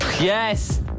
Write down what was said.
yes